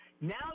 Now